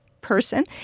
person